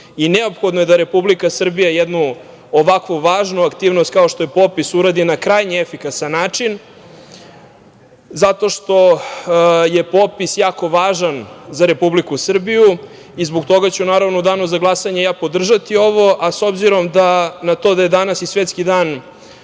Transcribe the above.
Neophodno je da Republika Srbija jednu ovakvu važnu aktivnost kao što je popis uradi na krajnje efikasan način zato što je popis jako važan za Republiku Srbiju. Zbog toga ću naravno u Danu za glasanje ja podržati ovo, a s obzirom na to da je danas i svetski Dan